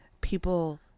people